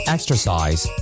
Exercise